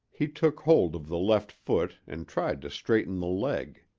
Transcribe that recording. he took hold of the left foot and tried to straighten the leg.